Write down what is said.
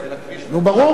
ברור.